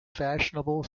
fashionable